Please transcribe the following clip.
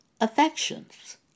affections